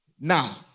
Now